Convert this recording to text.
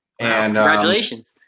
Congratulations